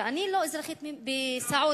ואני לא אזרחית בסעודיה,